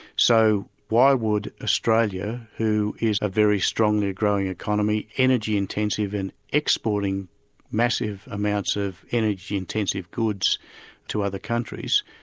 so why would australia, who is a very strongly growing economy, energy intensive and exporting massive amounts of energy intensive goods to other countries,